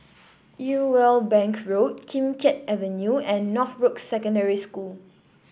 Irwell Bank Road Kim Keat Avenue and Northbrooks Secondary School